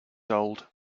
old